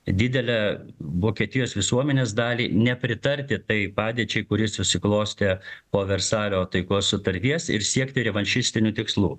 didelę vokietijos visuomenės dalį nepritarti tai padėčiai kuri susiklostė po versalio taikos sutarties ir siekti revanšistinių tikslų